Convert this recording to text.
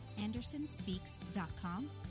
andersonspeaks.com